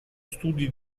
studi